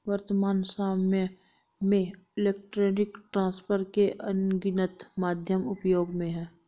वर्त्तमान सामय में इलेक्ट्रॉनिक ट्रांसफर के अनगिनत माध्यम उपयोग में हैं